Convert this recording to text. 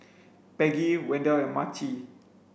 Peggy Wendell and Maci